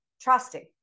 trusting